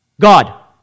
God